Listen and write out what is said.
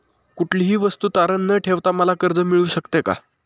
कुठलीही वस्तू तारण न ठेवता मला कर्ज मिळू शकते का?